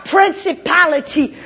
Principality